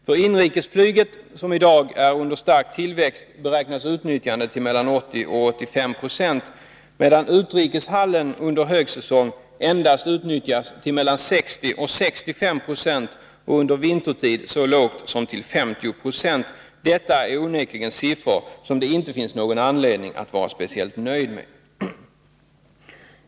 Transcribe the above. För inrikestrafiken, som är under stark tillväxt, beräknas utnyttjandet till mellan 80 och 85 96, medan utrikeshallen under högsäsong endast utnyttjas till mellan 60 och 65 96 och under vintertid så lågt som till 50 26. Detta är onekligen siffror som det inte finns någon anledning att vara speciellt nöjd med.